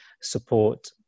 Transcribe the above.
support